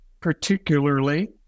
particularly